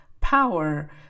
power